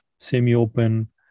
semi-open